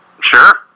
Sure